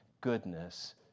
goodness